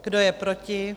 Kdo je proti?